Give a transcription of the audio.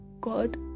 God